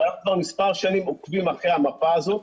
אנחנו כבר מספר שנים עוקבים אחרי המפה הזו,